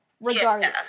Regardless